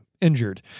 injured